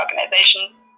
organizations